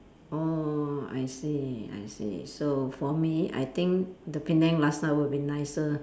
orh I see I see so for me I think the Penang laksa would be nicer